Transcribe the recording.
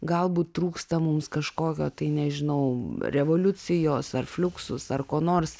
galbūt trūksta mums kažkokio tai nežinau revoliucijos ar fliuksus ar ko nors